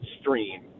stream